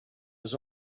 his